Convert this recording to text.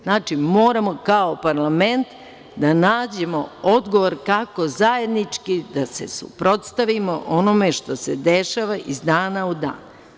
Znači, moramo kao parlament da nađemo odgovor kako zajednički da se suprotstavimo onome što se dešava iz dana u dan.